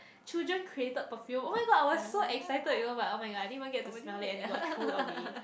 children created perfume oh-my-god I was so excited you know but oh-my-god I didn't even get to smell it and it got threw away